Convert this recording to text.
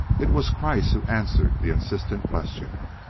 it was kreiss who answered the insistent question.